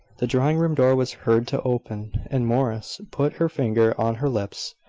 the drawing-room door was heard to open, and morris put her finger on her lips.